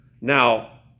Now